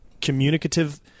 communicative